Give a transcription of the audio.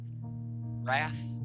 wrath